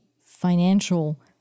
financial